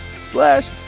slash